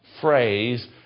phrase